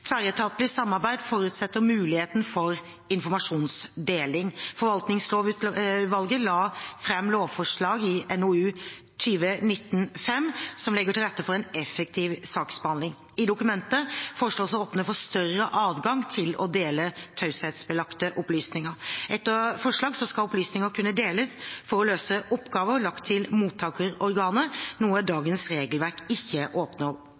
Tverretatlig samarbeid forutsetter mulighet for informasjonsdeling. Forvaltningslovutvalget la fram lovforslag i NOU 2019: 5 som legger til rette for effektiv saksbehandling. I dokumentet foreslås det å åpne for større adgang til å dele taushetsbelagte opplysninger. Etter forslaget skal opplysninger kunne deles for å løse oppgaver lagt til mottakerorganet, noe dagens regelverk ikke